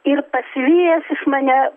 ir pasivijęs jis mane